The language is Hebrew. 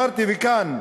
אמרתי: וכאן.